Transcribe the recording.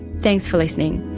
thanks for listening